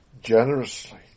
generously